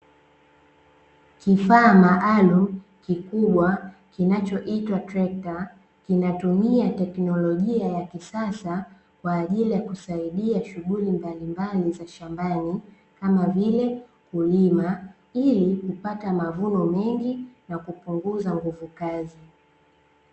Kifaa maalum kikubwa kinachoitwa trekta inatumia teknolojia ya kisasa kwa ajili ya kusaidia shughuli mbalimbali za shambani kama vile kulima ili kupata mavuno mengi na kupunguza nguvu kazini.